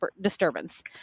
disturbance